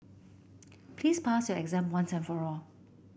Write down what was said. please pass your exam once and for all